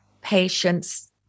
patience